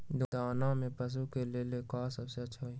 दाना में पशु के ले का सबसे अच्छा होई?